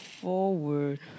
forward